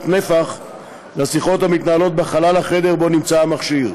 נפח לשיחות המתנהלות בחלל החדר שבו נמצא המכשיר,